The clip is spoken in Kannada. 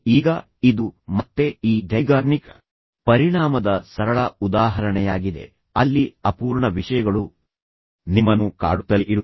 ಈಗ ಇದು ಮತ್ತೆ ಈ ಝೈಗಾರ್ನಿಕ್ ಪರಿಣಾಮದ ಸರಳ ಉದಾಹರಣೆಯಾಗಿದೆ ಅಲ್ಲಿ ಅಪೂರ್ಣ ವಿಷಯಗಳು ನಿಮ್ಮನ್ನು ಕಾಡುತ್ತಲೇ ಇರುತ್ತವೆ